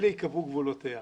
אלה ייקבעו גבולותיה.